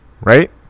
Right